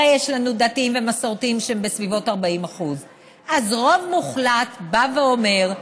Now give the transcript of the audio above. הרי יש לנו דתיים ומסורתיים בסביבות 40%. אז רוב מוחלט בא ואומר,